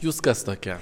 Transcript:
jūs kas tokia